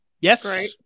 Yes